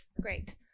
Great